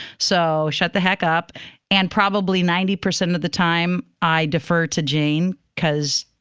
so shut the heck up and probably ninety percent of the time i defer to jane because,